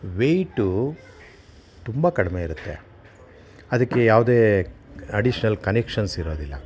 weight ತುಂಬ ಕಡಿಮೆ ಇರುತ್ತೆ ಅದಕ್ಕೆ ಯಾವುದೇ ಅಡಿಷ್ನಲ್ ಕನೆಕ್ಷನ್ಸ್ ಇರೋದಿಲ್ಲ